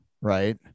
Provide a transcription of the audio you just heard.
Right